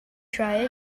try